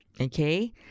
okay